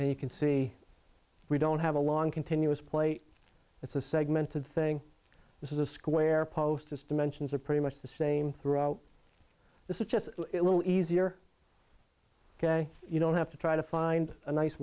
and you can see we don't have a long continuous plate it's a segmented thing this is a square post its dimensions are pretty much the same throughout this is just a little easier ok you don't have to try to find a nice